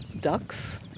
ducks